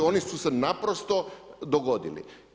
Oni su se naprosto dogodili.